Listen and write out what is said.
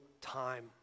time